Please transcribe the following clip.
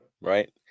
right